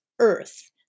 earth